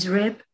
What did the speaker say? rib